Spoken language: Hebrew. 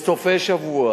בסופי שבוע